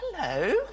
hello